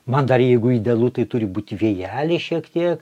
man dar jeigu idealu tai turi būti vėjelis šiek tiek